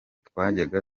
twajyaga